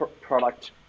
product